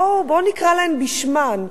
בוא נקרא להן בשמן,